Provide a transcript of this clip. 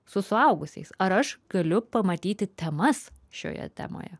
su suaugusiais ar aš galiu pamatyti temas šioje temoje